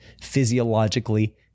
physiologically